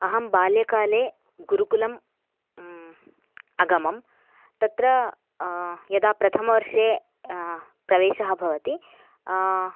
अहं बाल्यकाले गुरुकुलम् अगमम् तत्र यदा प्रथमवर्षे प्रवेशः भवति